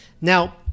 Now